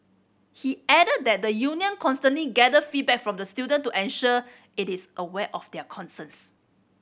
he added that the union constantly gather feedback from the student to ensure it is aware of their concerns